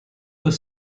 were